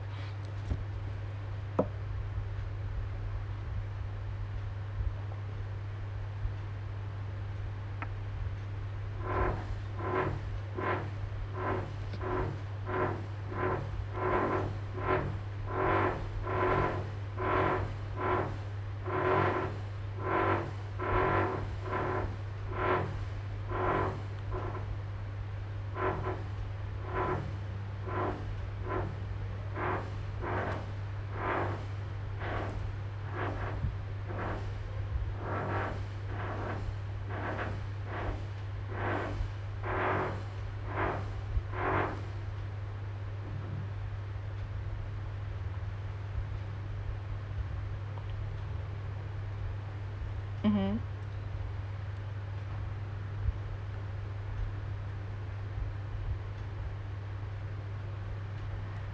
mmhmm